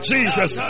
Jesus